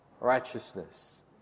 righteousness